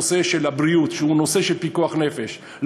הבריאות שהיא נושא של פיקוח נפש,